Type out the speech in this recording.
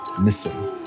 missing